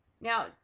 Now